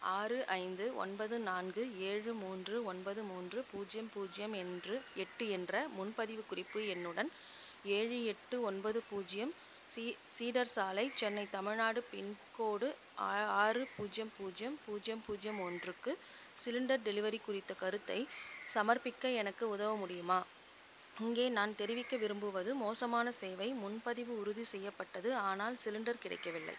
ஆறு ஐந்து ஒன்பது நான்கு ஏழு மூன்று ஒன்பது மூன்று பூஜ்யம் பூஜ்யம் என்று எட்டு என்ற முன்பதிவு குறிப்பு எண்ணுடன் ஏழு எட்டு ஒன்பது பூஜ்யம் சீ சீடர் சாலை சென்னை தமிழ்நாடு பின்கோடு ஆ ஆறு பூஜ்யம் பூஜ்யம் பூஜ்யம் பூஜ்யம் ஒன்றுக்கு சிலிண்டர் டெலிவரி குறித்த கருத்தை சமர்ப்பிக்க எனக்கு உதவ முடியுமா இங்கே நான் தெரிவிக்க விரும்புவது மோசமான சேவை முன்பதிவு உறுதி செய்யப்பட்டது ஆனால் சிலிண்டர் கிடைக்கவில்லை